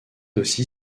aussi